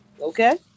okay